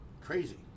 crazy